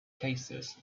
cases